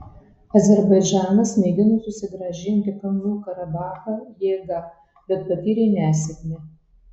azerbaidžanas mėgino susigrąžinti kalnų karabachą jėga bet patyrė nesėkmę